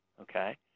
Okay